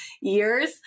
years